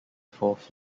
fourth